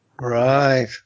Right